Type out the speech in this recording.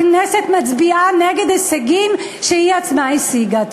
הכנסת מצביעה נגד הישגים שהיא עצמה השיגה.